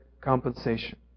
compensation